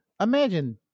imagine